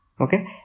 okay